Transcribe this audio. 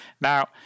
Now